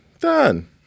Done